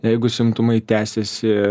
jeigu simptomai tęsiasi